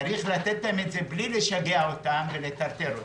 צריך לתת להם את הזכויות בלי לשגע אותם ולטרטר אותם.